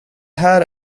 här